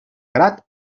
grat